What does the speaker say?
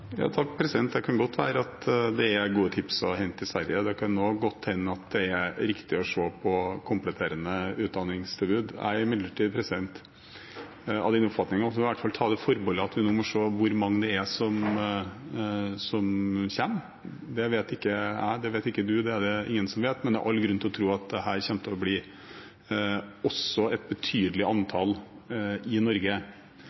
kan godt være at det er gode tips å hente i Sverige. Det kan også godt hende at det er riktig å se på kompletterende utdanningstilbud. Jeg er imidlertid av den oppfatning at vi i hvert fall må ta det forbeholdet at vi må se hvor mange som kommer. Det vet ikke jeg, det vet ikke du. Det er det ingen som vet, men det er all grunn til å tro at det kommer til å bli et betydelig